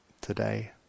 today